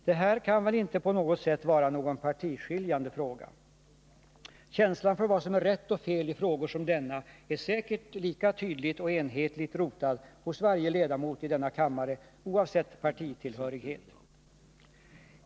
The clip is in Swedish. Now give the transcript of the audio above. Det här kan väl inte på något sätt vara en partiskiljande fråga. Känslan för vad som är rätt och fel i frågor som denna är säkert lika tydligt och enhetligt rotad hos varje ledamot i denna kammare oavsett partitillhörighet.